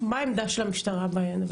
מה העמדה של המשטרה בעניין הזה?